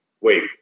Wait